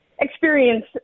experience